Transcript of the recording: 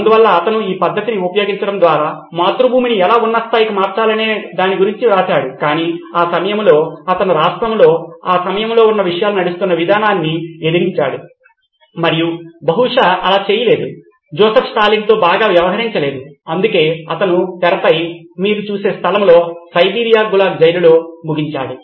అందువల్ల అతను ఈ పద్ధతిని ఉపయోగించడం ద్వారా మాతృభూమిని ఎలా ఉన్నతస్థాయికి మార్చాలనే దాని గురించి వ్రాశాడు కానీ ఆ సమయంలో అతను రాష్ట్రంలో ఆ సమయంలో విషయాలు నడుస్తున్న విధానాన్ని ఎదిరించాడు మరియు బహుశా అలా చేయలేదు జోసెఫ్ స్టాలిన్తో బాగా వ్యవహరించలేదు అందుకే అతను తెరపై మీరు చూసే స్థలంలో సైబీరియా గులాగ్ జైలులో ముగించాడు